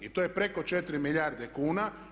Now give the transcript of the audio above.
I to je preko 4 milijarde kuna.